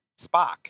Spock